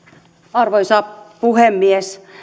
arvoisa puhemies